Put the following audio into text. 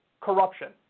corruption